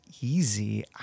easy